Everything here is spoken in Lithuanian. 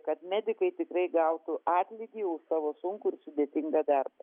kad medikai tikrai gautų atlygį už savo sunkų ir sudėtingą darbą